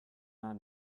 not